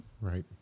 Right